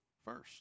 first